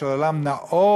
של עולם נאור,